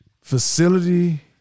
facility